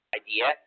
idea